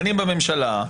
דנים בממשלה,